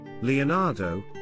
Leonardo